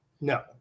No